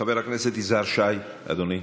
חבר הכנסת יזהר שי, אדוני.